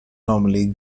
normally